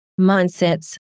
mindsets